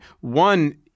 One